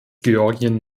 georgien